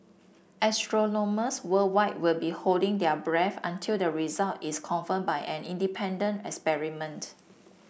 astronomers worldwide will be holding their breath until the result is confirmed by an independent experiment